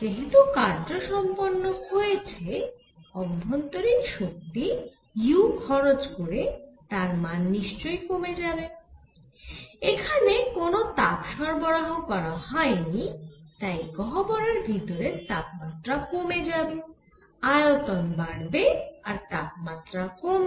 যেহেতু কার্য সম্পন্ন হয়েছে অভ্যন্তরীণ শক্তি u খরচ করে তার মান নিশ্চয়ই কমে যাবে এখানে কোন তাপ সরবরাহ করা হয়নি তাই গহ্বরের ভিতরে তাপমাত্রা কমে যাবে আয়তন বাড়বে আর তাপমাত্রা কমবে